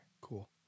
Cool